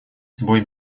собой